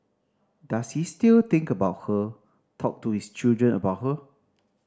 does he still think about her talk to his children about her